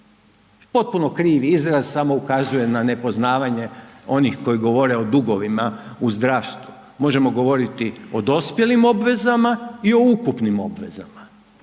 potpuno krivi izraz samo ukazuje na nepoznavanje onih koji govore o dugovima u zdravstvu, možemo govoriti o dospjelim obvezama i o ukupnim obvezama.